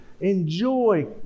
Enjoy